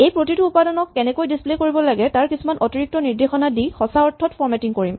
এই প্ৰতিটো উপাদানক কেনেকৈ ডিচপ্লে কৰিব লাগে তাৰ কিছুমান অতিৰিক্ত নিৰ্দেশনা দি সঁচা অৰ্থত ফৰমেটিং কৰিম